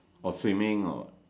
or swimming or